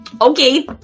okay